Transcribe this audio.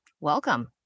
Welcome